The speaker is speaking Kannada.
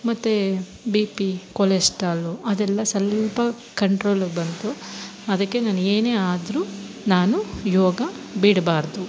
ಮತ್ತು ಬಿ ಪಿ ಕೊಲೆಸ್ಟಾಲು ಅದೆಲ್ಲ ಸಲ್ಪ ಕಂಟ್ರೋಲ್ಗೆ ಬಂತು ಅದಕ್ಕೆ ನಾನು ಏನೇ ಆದರೂ ನಾನು ಯೋಗ ಬಿಡಬಾರ್ದು